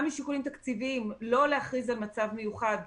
משיקולים תקציביים לא להכריז על מצב מיוחד,